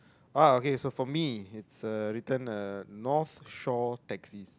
ah okay so for me is uh written uh north shore taxis